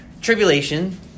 tribulation